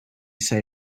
say